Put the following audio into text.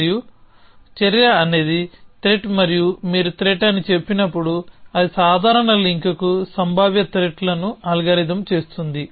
మరియు చర్య అనేది త్రెట్ మరియు మీరు త్రెట్ అని చెప్పినప్పుడు అది సాధారణ లింక్కు సంభావ్య త్రెట్ లను అల్గారిథమ్ చేస్తుంది